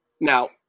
now